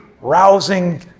rousing